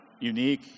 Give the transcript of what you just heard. unique